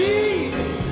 Jesus